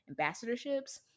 ambassadorships